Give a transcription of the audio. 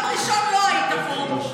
ביום ראשון לא היית פה.